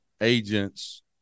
agents